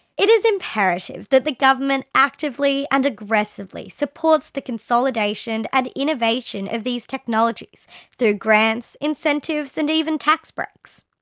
it is imperative that the government actively and aggressively supports the consolidation and innovation of these technologies through grants, incentives and even tax breaks.